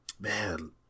Man